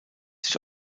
sich